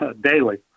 daily